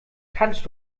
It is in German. kannst